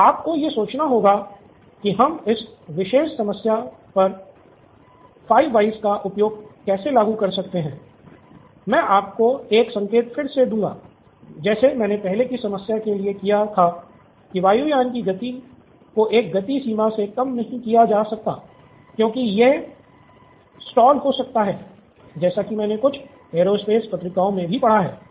तो अब आपको यह सोचना होगा कि हम इस विशेष समस्या पर पाँच व्हयस के तौर पर संभवतः टायर और रनवे ठीक है